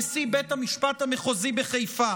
נשיא בית המשפט המחוזי בחיפה: